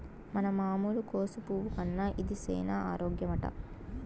మన మామూలు కోసు పువ్వు కన్నా ఇది సేన ఆరోగ్యమట